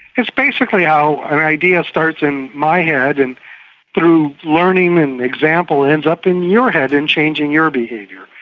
it's basically how an idea starts in my head, and through learning and example it ends up in your head and changing your behaviour.